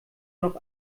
noch